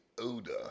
odor